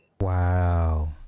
Wow